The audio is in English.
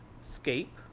Scape